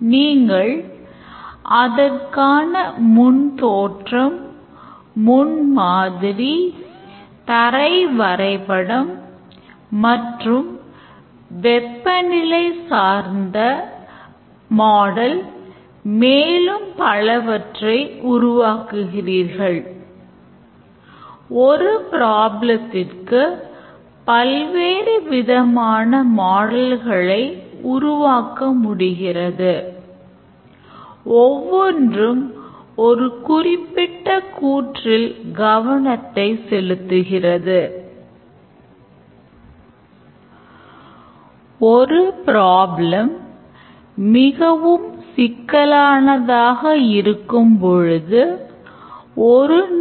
இங்கேactor என்பவர் வாடிக்கையாளர் முன் நிபந்தனைகள் என்னவென்றால் ATM சுவிட்ச் ஆன் செய்யப்பட வேண்டும் அல்லது transaction க்கு தயாராக ready state ல் இருக்க வேண்டும் பணத்தை விநியோகிக்க ATM குறைந்தது சில தொகையை வைத்திருக்க வேண்டும்